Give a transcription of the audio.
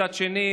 מצד שני,